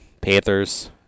Panthers